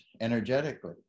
energetically